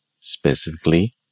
Specifically